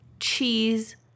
cheese